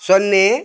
ಸೊನ್ನೆ